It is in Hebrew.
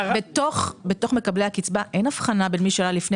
בקרב מקבלי הקצבה אין אבחנה בין מי שעלה לפני